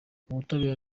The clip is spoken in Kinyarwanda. ubutabera